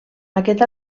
aquest